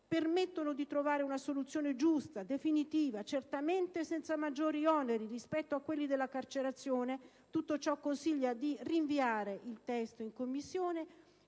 permette di trovare una soluzione giusta, definitiva e certamente senza maggiori oneri rispetto a quelli della carcerazione, si consiglia di rinviare il testo in Commissione.